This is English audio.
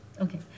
okay